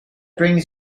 brings